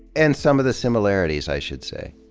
and some of the similarities, i should say.